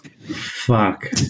Fuck